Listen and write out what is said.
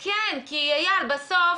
כן, אייל, כי בסוף